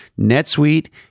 NetSuite